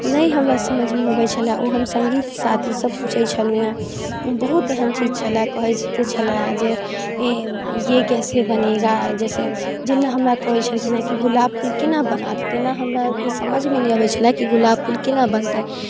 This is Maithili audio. नै हमरा समझमे अबै छलै ओ हम सङ्गी साथीसँ पूछै छलहुँ हँ बहुत एहन चीज छलऽ कहैत छलऽ हँ जे ये कैसे बनेगा जैसे जेना हमरा कहै छलखिन हँ की गुलाब फूल केना बनत तेना हमरा ई समझमे नहि अबैत छलै की गुलाब फूल केना बनतै